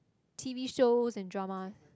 T_V shows and dramas